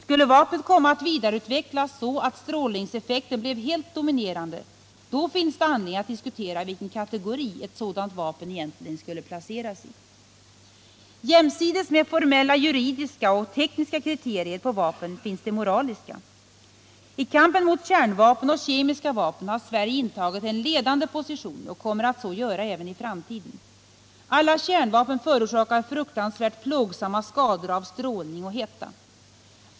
Skulle vapnet komma att vidareutvecklas så att strålningseffekten blev helt dominerande, då finns det anledning att diskutera vilken kategori ett sådant vapen egentligen skulle placeras i. Jämsides med de formella juridiska och tekniska kriterierna på vapen finns de moraliska. I kampen mot kärnvapen och kemiska vapen har Sverige intagit en ledande position och kommer att så göra även i framtiden. Alla kärnvapen förorsakar fruktansvärt plågsamma skador av strålning och hetta.